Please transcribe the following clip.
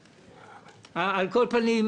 על כל פנים,